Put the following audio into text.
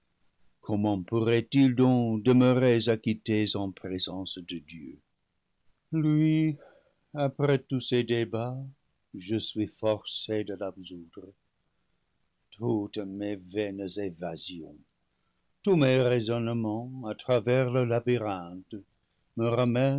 comment pourraient-ils donc demeurer ac quittés en présence de dieu lui après tous ces débats je suis forcé de l'absoudre toutes mes vaines évasions tous mes raisonnements à tra vers leurs labyrinthes me